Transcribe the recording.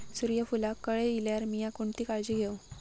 सूर्यफूलाक कळे इल्यार मीया कोणती काळजी घेव?